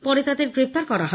পরে তাঁদের গ্রেপ্তার করা হয়